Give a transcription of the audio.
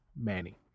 Manny